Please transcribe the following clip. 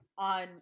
On